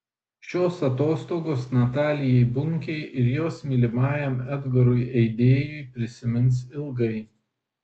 šios atostogos natalijai bunkei ir jos mylimajam edgarui eidėjui prisimins ilgai